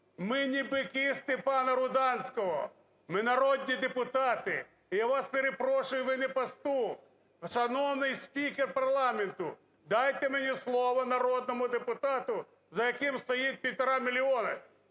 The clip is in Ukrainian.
ми не бики Степана Руданського, ми – народні депутати, і, я вас перепрошую, ви не пастух. Шановний спікер парламенту, дайте мені слово, народному депутату, за яким стоїть півтора мільйони.